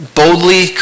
boldly